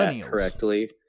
correctly